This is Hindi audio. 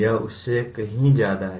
यह उससे कहीं ज़्यादा है